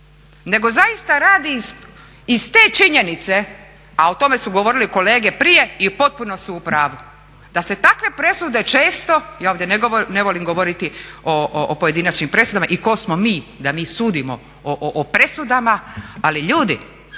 nego zaista radi iz te činjenice, a o tome su govorili kolege prije i potpuno su u pravu, da se takve presude često, ja ovdje ne volim govoriti o pojedinačnim presudama i tko smo mi da mi sudimo o presudama. Ali ljudi,